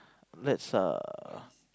let's err